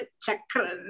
Chakra